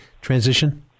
transition